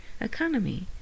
economy